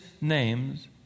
name's